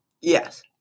yes